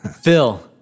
Phil